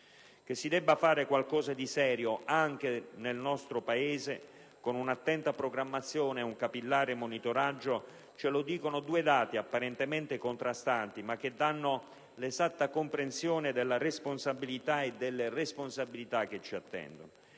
Che si debba fare qualcosa di serio, anche nel nostro Paese, con un'attenta programmazione e un capillare monitoraggio, ce lo dicono due dati apparentemente contrastanti, ma che danno l'esatta comprensione delle responsabilità che ci attendono.